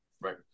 right